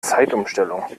zeitumstellung